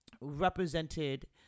represented